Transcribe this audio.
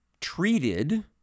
treated